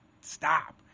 stop